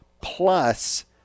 plus